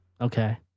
okay